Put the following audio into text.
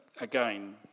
again